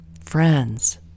Friends